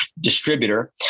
distributor